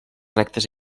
rectes